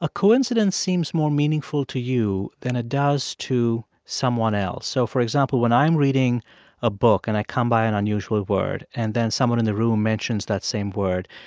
a coincidence seems more meaningful to you than it does to someone else. so, for example, when i'm reading a book and i come by an unusual word and then someone in the room mentions that same word,